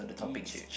teacher